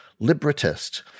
libertist